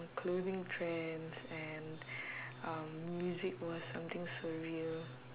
clothing trends and um music was something surreal